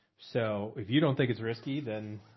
so if you don't think it's risky, then.